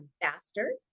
faster